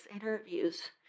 interviews